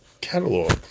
catalog